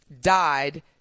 died